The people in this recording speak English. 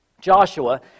Joshua